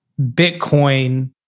Bitcoin